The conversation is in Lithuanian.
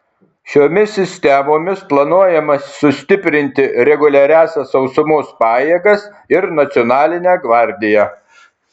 šiomis sistemomis planuojama sustiprinti reguliariąsias sausumos pajėgas ir nacionalinę gvardiją